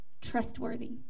trustworthy